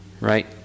Right